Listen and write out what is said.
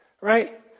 Right